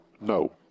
No